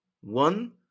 One